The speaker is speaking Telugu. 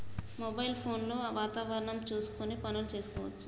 మొబైల్ ఫోన్ లో వాతావరణం చూసుకొని పనులు చేసుకోవచ్చా?